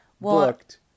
booked